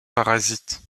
parasites